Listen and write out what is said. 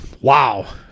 wow